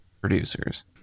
producers